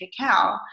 cacao